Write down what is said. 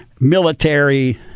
Military